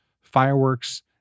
fireworks